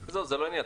עזוב, זה לא העניין.